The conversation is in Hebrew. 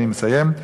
אני מסיים.